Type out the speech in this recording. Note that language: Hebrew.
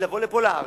לבוא לפה לארץ,